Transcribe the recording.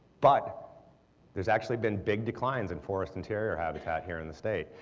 but there's actually been big declines in forest interior habitat here in the state.